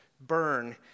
burn